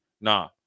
Nah